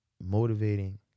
motivating